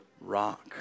rock